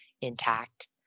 intact